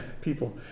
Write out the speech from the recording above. people